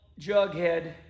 Jughead